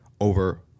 over